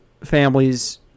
families